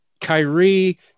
Kyrie